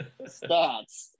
stats